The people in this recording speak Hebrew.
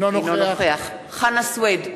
אינו נוכח חנא סוייד,